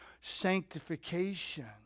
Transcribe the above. sanctification